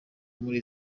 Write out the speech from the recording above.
muri